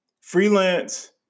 Freelance